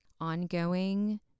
ongoing